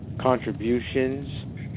contributions